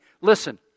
listen